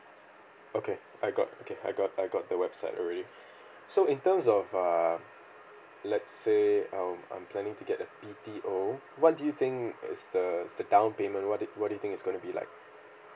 okay I got okay I got I got the website already so in terms of err let's say um I'm planning to get a B_T_O what do you think is the is the down payment what do you what do you think it's going to be like